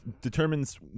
determines